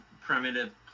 primitive